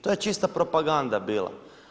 To je čista propaganda bila.